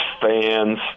fans